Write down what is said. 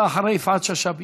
אתה אחרי יפעת שאשא ביטון.